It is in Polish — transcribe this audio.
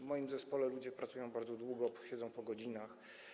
W moim zespole ludzie pracują bardzo długo, siedzą po godzinach.